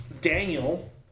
daniel